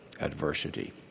adversity